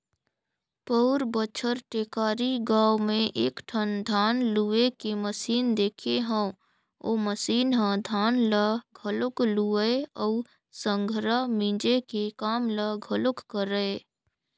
पउर बच्छर टेकारी गाँव में एकठन धान लूए के मसीन देखे हंव ओ मसीन ह धान ल घलोक लुवय अउ संघरा मिंजे के काम ल घलोक करय